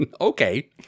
Okay